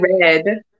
red